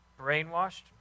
Brainwashed